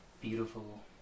beautiful